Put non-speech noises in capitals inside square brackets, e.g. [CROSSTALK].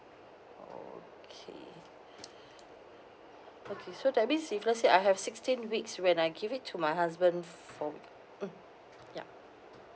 okay [BREATH] okay so that means if let's say I have sixteen weeks when I give it to my husband four w~ mm yup